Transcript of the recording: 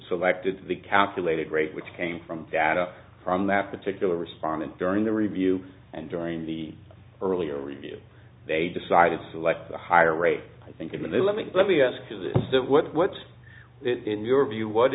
selected the calculator great which came from data from that particular respondent during the review and during the earlier review they decided to select a higher rate i think and they let me let me ask you this that what's that in your view what